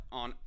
on